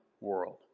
world